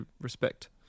respect